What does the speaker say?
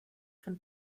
von